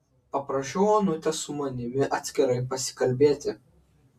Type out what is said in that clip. paprašiau onutės su manimi atskirai pasikalbėti